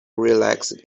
relaxed